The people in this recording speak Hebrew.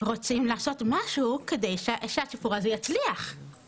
רוצים לעשות משהו כדי שהסיפור הזה יצליח.